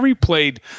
played